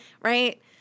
right